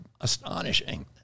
astonishing